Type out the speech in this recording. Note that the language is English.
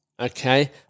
Okay